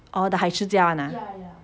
oh 嗨吃家 [one] !huh!